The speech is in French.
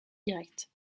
directe